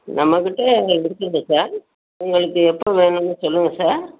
நம்மக்கிட்டே இருக்குது சார் உங்களுக்கு எப்போ வேணும்னு சொல்லுங்க சார்